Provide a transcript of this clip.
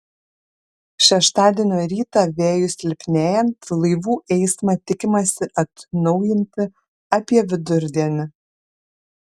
šeštadienio rytą vėjui silpnėjant laivų eismą tikimasi atnaujinti apie vidurdienį